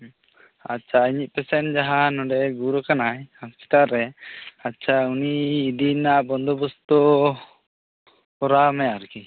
ᱟᱪᱪᱷᱟ ᱤᱧᱤᱡ ᱯᱮᱥᱮᱱᱴ ᱡᱟᱦᱟᱸᱭ ᱱᱚᱰᱮ ᱜᱩᱨ ᱟᱠᱟᱱᱟᱭ ᱦᱚᱥᱯᱤᱴᱟᱞ ᱨᱮ ᱟᱪᱪᱷᱟ ᱩᱱᱤ ᱤᱫᱤ ᱨᱮᱱᱟᱜ ᱵᱚᱱᱫᱳ ᱵᱚᱥᱛᱚ ᱠᱚᱨᱟᱣ ᱢᱮ ᱟᱨᱠᱤ